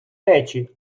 речі